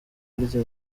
harya